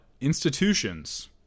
institutions